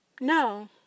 No